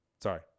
Sorry